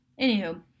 Anywho